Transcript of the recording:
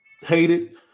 hated